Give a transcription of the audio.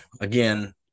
again